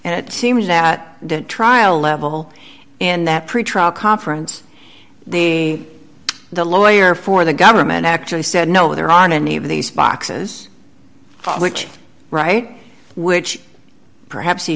and it seems that the trial level in that pretrial conference the the lawyer for the government actually said no there aren't any of these boxes which right which perhaps he